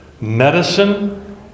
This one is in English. medicine